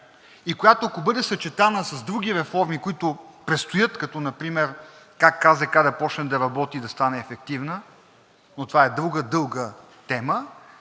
и която, ако бъде съчетана с други реформи, които предстоят като например как КЗК да почне да работи и да стане ефективна, но това е друга дълга тема,